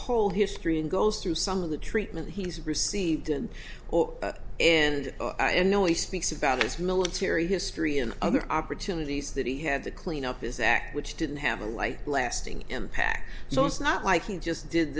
whole history and goes through some of the treatment he's received and or and know he speaks about his military history and other opportunities that he had to clean up his act which didn't have a life lasting impact so it's not like he just did